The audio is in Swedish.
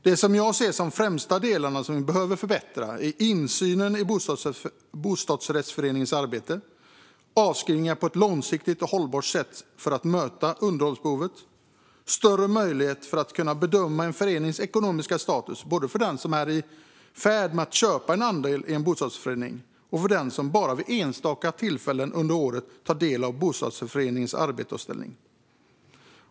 Det jag ser som de delar vi främst behöver förbättra är insynen i bostadsrättsföreningens arbete, avskrivningar på ett långsiktigt och hållbart sätt för att möta underhållsbehovet samt större möjlighet att bedöma en förenings ekonomiska status, både för den som är i färd med att köpa en andel i en bostadsrättsförening och för den som bara vid enstaka tillfällen under året tar del av bostadsrättsföreningens arbete och ställning.